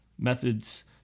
methods